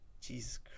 Jesus